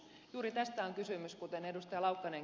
juuri tästä on kysymys minkä ed